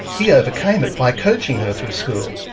he overcame it by coaching her through school.